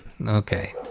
Okay